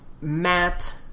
Matt